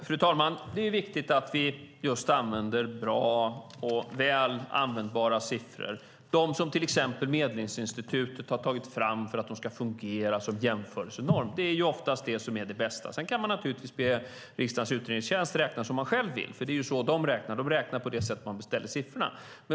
Fru talman! Det är viktigt att vi använder bra och väl användbara siffror, till exempel dem Medlingsinstitutet har tagit fram för att de ska fungera som jämförelsenorm. Det är oftast det som är det bästa. Sedan kan man naturligtvis be riksdagens utredningstjänst räkna som man själv vill. Det är nämligen så de räknar - de räknar på det sätt man beställer siffrorna.